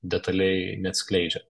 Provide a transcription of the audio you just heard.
detaliai neatskleidžia